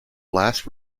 last